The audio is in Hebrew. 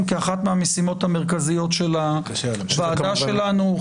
כאחת מהמשימות המרכזיות של הוועדה שלנו.